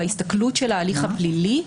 בהסתכלות של ההליך הפלילי,